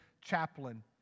chaplain